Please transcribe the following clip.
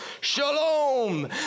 Shalom